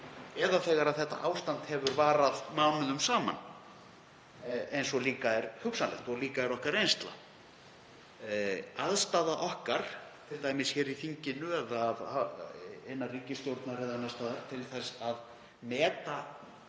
eða þegar þetta ástand hefur varað mánuðum saman, eins og líka er hugsanlegt og líka er okkar reynsla. Aðstaða okkar, t.d. í þinginu eða innan ríkisstjórnar eða annars staðar, til þess að meta